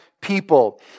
people